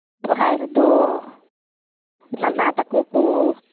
ᱥᱚᱦᱚᱨᱟᱭ ᱨᱮᱫᱚ ᱱᱟᱱᱟ ᱛᱟᱠᱚ ᱠᱚ